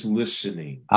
listening